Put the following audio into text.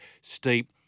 steep